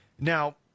Now